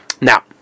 Now